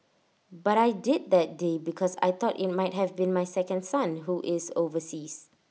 but I did that day because I thought IT might have been my second son who is overseas